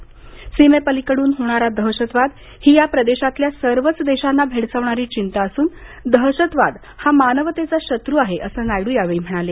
सर्वच सीमेपलीकडून होणारा दहशतवाद ही या प्रदेशातल्या सर्वच देशांना भेडसावणारी चिंता असून दहशतवाद हा मानवतेचा शत्रू आहे असं नायडू म्हणाले